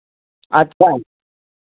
अच्छा